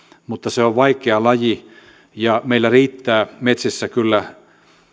mutta se on vaikea laji ja meillä riittää metsissä kyllä